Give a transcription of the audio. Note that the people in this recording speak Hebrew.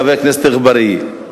חבר הכנסת אגבאריה,